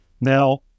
Now